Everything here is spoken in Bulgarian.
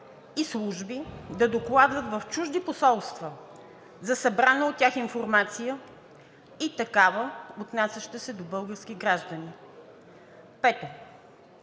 и служби да докладват в чужди посолства за събрана от тях информация и такава, отнасяща се до български граждани. 5.